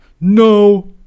No